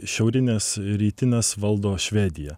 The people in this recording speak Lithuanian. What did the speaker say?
šiaurines rytines valdo švedija